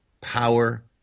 Power